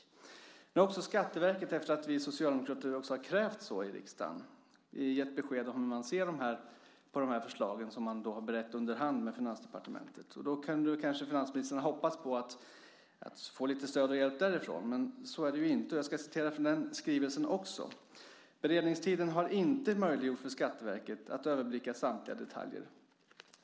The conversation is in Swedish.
Nu har också Skatteverket efter det att vi socialdemokrater krävt det i riksdagen gett besked om hur man ser på de här förslagen som man berett under hand med Finansdepartementet. Kanske kan finansministern hoppas på att få lite stöd och hjälp från nämnda håll, men så är det inte. I Skatteverkets skrivelse står det: Beredningstiden har inte möjliggjort för Skatteverket att överblicka samtliga detaljer.